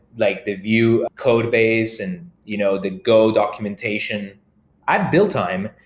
like the view codebase and you know the go documentation ah build time,